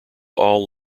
all